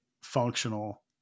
functional